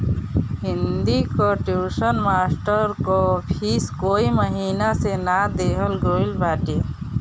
हिंदी कअ tuition master कअ fees कई महिना से ना देहल गईल बाटे